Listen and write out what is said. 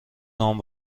نام